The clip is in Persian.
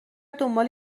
دنبال